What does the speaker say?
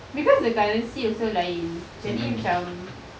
because the currency also lain jadi macam